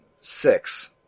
Six